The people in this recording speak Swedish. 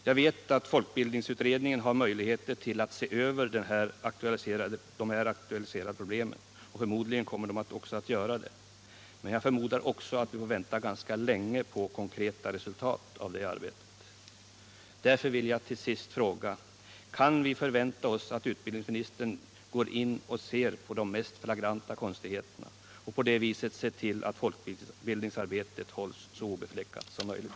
Jag vet att folkbildningsutredningen har möjligheter att se över de här aktualiserade problemen, och förmodligen kommer den också att göra det. Men jag förmodar också att vi får vänta ganska länge på konkreta resultat av det arbetet. Därför vill jag till sist fråga: Kan vi förvänta oss att utbildningsministern går in och ser på de mest flagranta konstigheterna och på det viset ser till att folkbildningsarbetet hålls så obefläckat som möjligt?